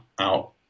out